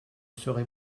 serai